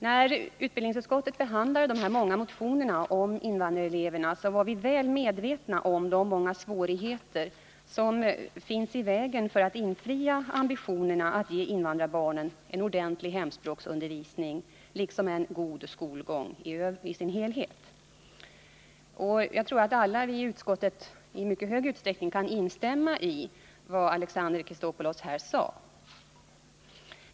När vi i utbildningsutskottet behandlade de många motionerna om invandrareleverna var vi väl medvetna om de svårigheter som finns i vägen för att infria ambitionen att ge invandrarbarnen en ordentlig hemspråksundervisning liksom en god skolgång över huvud taget. Jag tror att alla ledamöterna i utskottet kan instämma i mycket av vad Alexander Chrisopoulos här sade.